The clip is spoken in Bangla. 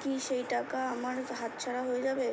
কি সেইটাকা আমার হাতছাড়া হয়ে যাবে?